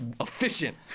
efficient